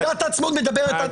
מגילת העצמאות מדברת על